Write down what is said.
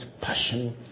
passion